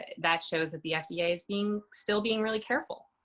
that shows that the fda is being still being really careful.